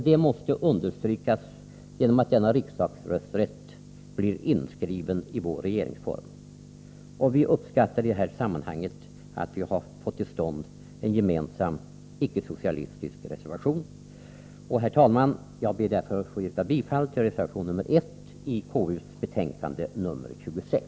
Detta måste understrykas genom att denna riksdagsrösträtt blir inskriven i vår regeringsform. Vi uppskattar i detta sammanhang att vi har fått till stånd en gemensam icke-socialistisk reservation. Herr talman! Jag yrkar bifall till reservation nr 1i KU:s betänkande nr 26.